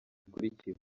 bikurikira